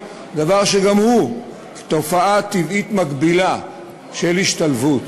דבר שגם הוא תופעה טבעית מקבילה של השתלבות.